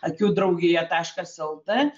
akių draugija taškas lt